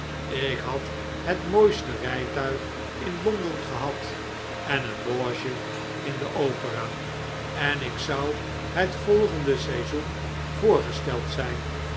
ik had het mooiste rijtuig in londen gehad en een loge in de opera en ik zou het volgende seizoen voorgesteld zijn